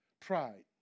pride